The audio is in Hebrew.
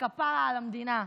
וכפרה על המדינה.